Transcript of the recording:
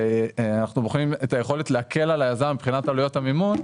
ואנחנו בוחנים את היכולת להקל על היזם מבחינת עלויות המימון.